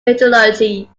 metallurgy